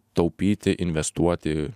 taupyti investuoti